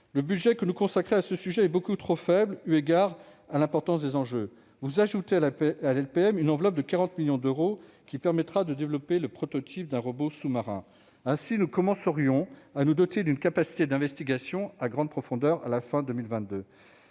Le budget que nous consacrons à ce sujet est beaucoup trop faible eu égard à l'importance des enjeux. Vous ajoutez à la LPM une enveloppe de 40 millions d'euros, qui permettra de développer le prototype d'un robot sous-marin. Ainsi, nous commencerions à nous doter d'une capacité d'investigation à grande profondeur à la fin de